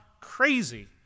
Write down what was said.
crazy